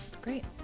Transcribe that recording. Great